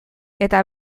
eta